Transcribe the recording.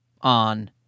on